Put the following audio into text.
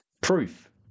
Proof